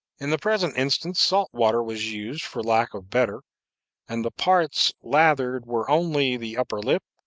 in the present instance salt-water was used for lack of better and the parts lathered were only the upper lip,